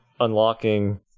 unlocking